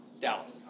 Dallas